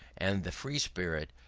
and the free spirit,